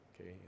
okay